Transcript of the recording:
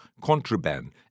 contraband